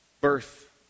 birth